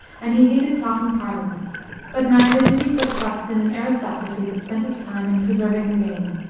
and he hated talking parliaments but neither did he put trust in an aristocracy that spent its time in preserving the game.